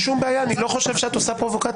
אין שום בעיה, אני לא חושב שאת עושה פרובוקציה.